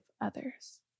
others